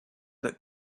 that